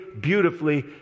beautifully